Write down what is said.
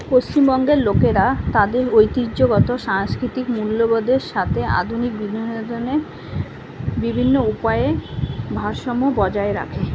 পশ্চিমবঙ্গের লোকেরা তাদের ঐতিহ্যগত সাংস্কৃতিক মূল্যবোধের সাথে আধুনিক বিভিন্ন জনের বিভিন্ন উপায়ে ভারসাম্য বজায় রাখে